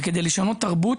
וכדי לשנות תרבות,